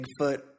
Bigfoot